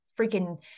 freaking